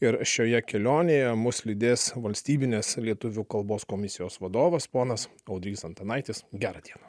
ir šioje kelionėje mus lydės valstybinės lietuvių kalbos komisijos vadovas ponas audrys antanaitis gerą dieną